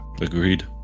Agreed